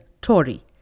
Tory